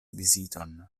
viziton